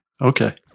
Okay